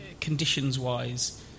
conditions-wise